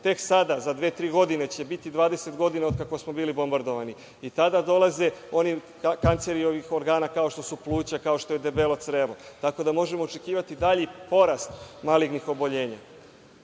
tek sada, za dve, tri godine će biti 20 godina od kako smo bili bombardovani i tada dolaze kanceri organa, kao što su pluća, kao što je debelo crevo. Možemo očekivati dalji porast malignih oboljenja. Zbog